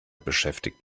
beschäftigt